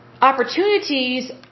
opportunities